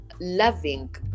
loving